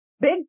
big